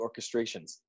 orchestrations